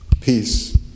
peace